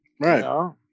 right